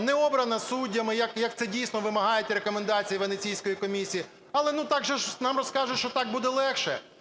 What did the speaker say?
Не обрано суддями, як це, дійсно, вимагають рекомендації Венеційської комісії, але, ну, так же ж нам розкажуть, що так буде легше.